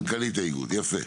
מנכ"לית האיגוד יפה.